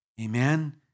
Amen